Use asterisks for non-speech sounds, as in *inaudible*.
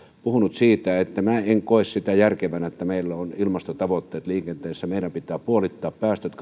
puhunut siitä että en en koe sitä järkevänä että meillä on ilmastotavoitteet liikenteessä meidän pitää puolittaa päästöt *unintelligible*